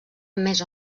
més